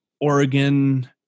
Oregon